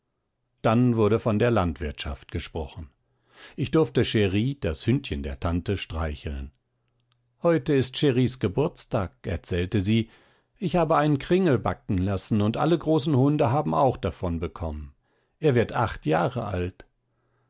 dann wurde von der landwirtschaft gesprochen ich durfte cheri das hündchen der tante streicheln heute ist cheris geburtstag erzählte sie ich habe einen kringel backen lassen und alle großen hunde haben auch davon bekommen er wird acht jahre alt